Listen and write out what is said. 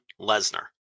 Lesnar